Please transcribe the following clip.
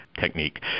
technique